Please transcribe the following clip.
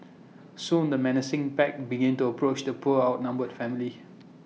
soon the menacing pack began to approach the poor outnumbered family